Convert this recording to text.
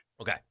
Okay